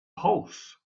horse